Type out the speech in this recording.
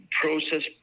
process